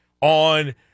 on